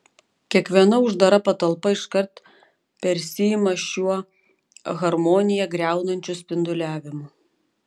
kiekviena uždara patalpa iškart persiima šiuo harmoniją griaunančiu spinduliavimu